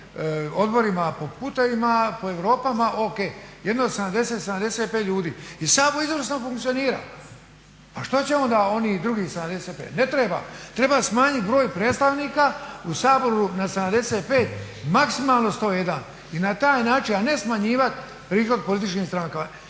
odborima, po putevima, po Europama, o.k. Jedno 70, 75 ljudi. I Sabor izvrsno funkcionira. Pa što će onda onih drugih 75? Ne treba. Treba smanjit broj predstavnika u Saboru na 75, maksimalno 101 i na taj način, a ne smanjivat prihod političkim strankama.